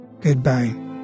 Goodbye